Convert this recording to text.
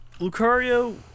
Lucario